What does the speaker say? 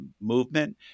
movement